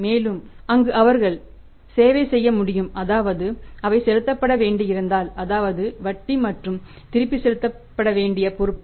மேலும் அங்கு அவர்கள் சேவை செய்ய முடியும் அதாவது அவை செலுத்தப்பட வேண்டியிருந்தால் அதாவது வட்டி மற்றும் திருப்பி செலுத்த வேண்டிய பொறுப்புக்கள்